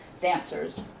dancers